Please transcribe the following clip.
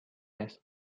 است